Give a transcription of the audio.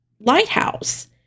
lighthouse